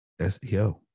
SEO